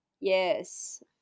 Yes